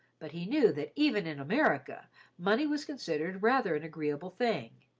but he knew that even in america money was considered rather an agreeable thing,